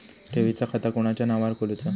ठेवीचा खाता कोणाच्या नावार खोलूचा?